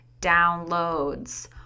downloads